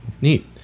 neat